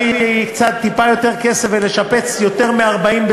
כי לשב"כ יש פטור מתיעוד,